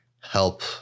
help